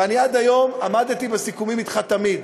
ואני עד היום עמדתי בסיכומים אתך תמיד,